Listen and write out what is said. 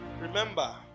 Remember